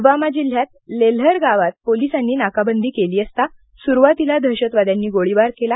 पुलवामा जिल्ह्यात लेल्हर गावात पोलिसांनी नाकाबंदी केली असता सुरुवातीला दहशतवाद्यांनी गोळीबार केला